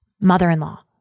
mother-in-law